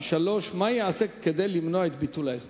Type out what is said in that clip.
3. מה ייעשה כדי למנוע את ביטול ההסדר?